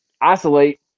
isolate